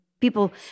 people